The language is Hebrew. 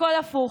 הכול הפוך.